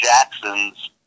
Jackson's